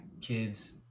kids